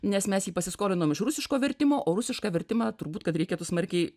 nes mes jį pasiskolinom iš rusiško vertimo o rusišką vertimą turbūt kad reikėtų smarkiai